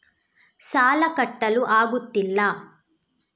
ಸಾಲ ಕಟ್ಟಲು ಆಗುತ್ತಿಲ್ಲ